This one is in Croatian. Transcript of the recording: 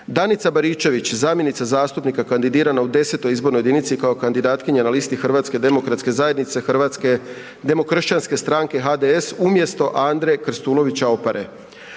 Danica Baričević, zamjenica zastupnika kandidirana u X. izbornoj jedinici kao kandidatkinja na listi Hrvatske demokratske zajednice, Hrvatske demokršćanske stranke, HDS umjesto Andre Krstulovića Opare.